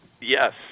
Yes